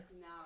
No